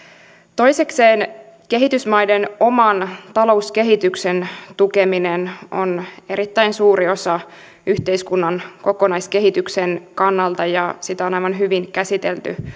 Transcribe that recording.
toisekseen kehitysmaiden oman talouskehityksen tukeminen on erittäin suuri osa yhteiskunnan kokonaiskehityksen kannalta ja sitä on aivan hyvin käsitelty